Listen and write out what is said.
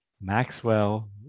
Maxwell